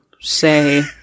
say